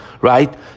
right